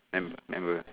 mem~ member